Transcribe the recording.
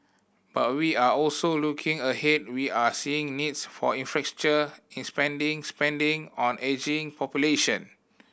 but we are also looking ahead we are seeing needs for in spending spending on ageing population